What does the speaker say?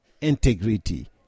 integrity